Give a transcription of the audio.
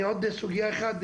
עוד סוגיה אחת,